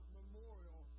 memorial